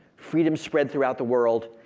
freedom spread throughout the world,